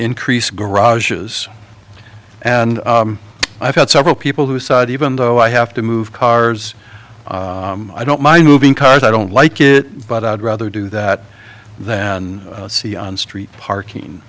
increase garages and i've got several people who side even though i have to move cars i don't mind moving cars i don't like it but i'd rather do that than see on street parking